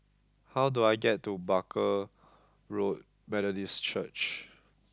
how do I get to Barker Road Methodist Church